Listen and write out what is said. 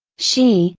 she,